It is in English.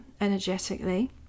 energetically